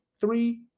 three